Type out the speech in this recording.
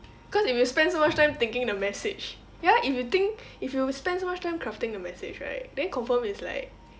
cause if you spend so much time thinking the message ya if you think if you spend so much time crafting the message right then confirm it's like